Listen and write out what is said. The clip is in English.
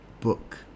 book